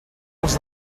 els